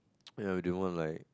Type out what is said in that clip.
ya we do want like